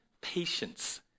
Patience